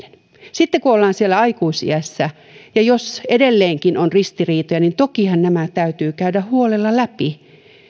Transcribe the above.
sitten kun ollaan siellä aikuisiässä niin jos edelleenkin on ristiriitoja niin tokihan nämä täytyy käydä huolella läpi